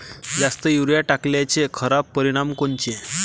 जास्त युरीया टाकल्याचे खराब परिनाम कोनचे?